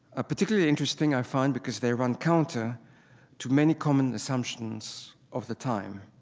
particularly interesting, i find, because they run counter to many common assumptions of the time.